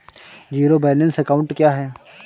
Zero balance account क्या है?